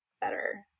better